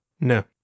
No